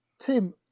Tim